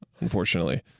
unfortunately